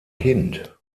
kind